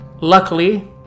luckily